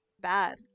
Bad